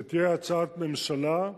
שתהיה הצעת ממשלה,